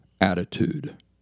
attitude